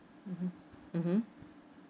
mmhmm mmhmm